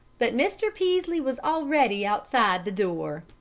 but mr. peaslee was already outside the door.